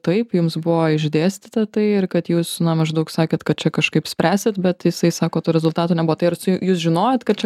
taip jums buvo išdėstyta tai ir kad jūs na maždaug sakėt kad čia kažkaip spręsit bet jisai sako to rezultato nebuvo tai ar s jū jūs žinojot kad čia